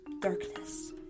darkness